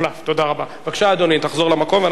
בבקשה, אדוני, תחזור למקום.